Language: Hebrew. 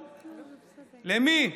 למי?